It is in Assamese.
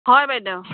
হয় বাইদেউ